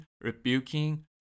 rebuking